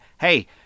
hey